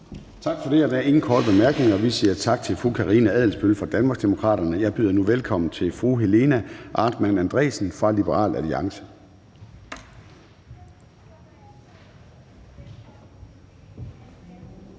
Tak for det. Der er ikke flere korte bemærkninger. Vi siger tak til hr. Jens Henrik Thulesen Dahl fra Danmarksdemokraterne. Jeg byder nu velkommen til fru Louise Brown fra Liberal Alliance.